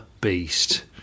beast